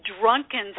drunken